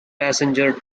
passenger